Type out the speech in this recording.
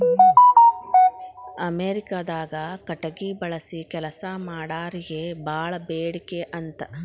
ಅಮೇರಿಕಾದಾಗ ಕಟಗಿ ಬಳಸಿ ಕೆಲಸಾ ಮಾಡಾರಿಗೆ ಬಾಳ ಬೇಡಿಕೆ ಅಂತ